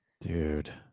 Dude